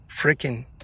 Freaking